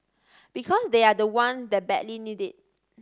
because they are the ones that badly need it